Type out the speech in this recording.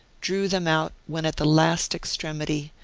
drew them out when at the last extremity,